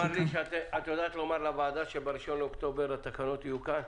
את יודעת לומר לוועדה שבראשון באוקטובר התקנות יהיו כאן?